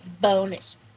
bonus